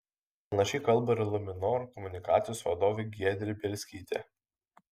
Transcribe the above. panašiai kalba ir luminor komunikacijos vadovė giedrė bielskytė